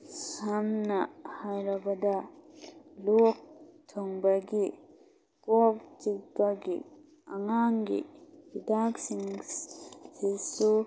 ꯁꯝꯅ ꯍꯥꯏꯔꯕꯗ ꯂꯣꯛ ꯊꯨꯡꯕꯒꯤ ꯀꯣꯛ ꯆꯤꯛꯄꯒꯤ ꯑꯉꯥꯡꯒꯤ ꯍꯤꯗꯥꯛꯁꯤꯡ ꯑꯁꯤꯁꯨ